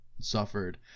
suffered